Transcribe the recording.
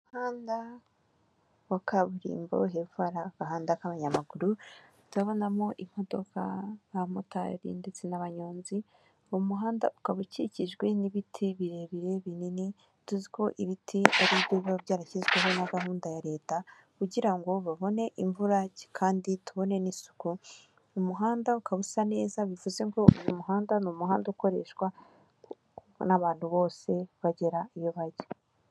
Umuhanda wa kaburimbo, hepfo hari agahanda k'abanyamaguru turabonamo imodoka, abamotari, ndetse n'abanyonzi, umuhanda ukaba ukikijwe n'ibiti birebire binini, tuzi ko ibiti biba byarashyizweho na gahunda ya leta kugira ngo babone imvura kandi tubone n'isuku, uyu umuhanda ukaba usa neza bivuze ngo uyu muhanda ni umuhanda ukoreshwa n'abantu bose bagera iyo bajya.